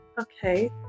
Okay